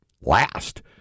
last